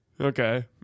Okay